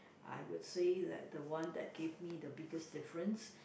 I would say that the one that give me the biggest difference